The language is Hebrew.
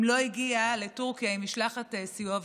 אם לא הגיע, לטורקיה עם משלחת סיוע וחילוץ.